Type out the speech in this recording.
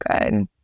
good